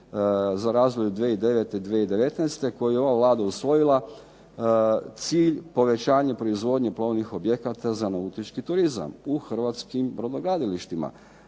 za razdoblje 2009.-2019. godina koji teže povećanju proizvodnje plovnih objekata za nautički turizam u hrvatskim brodogradilištima.